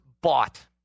bought